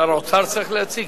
שר האוצר צריך להציג?